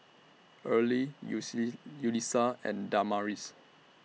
Earley Yulissa and Damaris